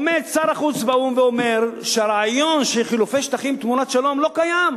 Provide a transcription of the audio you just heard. עומד שר החוץ באו"ם ואומר שהרעיון של חילופי שטחים תמורת שלום לא קיים.